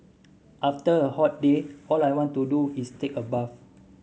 after a hot day all I want to do is take a bath